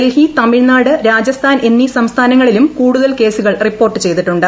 ഡൽഹി തമിഴ്നാട് രാജസ്ഥാൻ എന്നീ സംസ്ഥാനങ്ങളിലും കൂടുതൽ കേസുകൾ റിപ്പോർട്ട് ചെയ്തിട്ടുണ്ട്